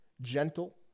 gentle